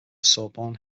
sorbonne